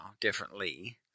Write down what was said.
Differently